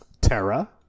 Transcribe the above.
Terra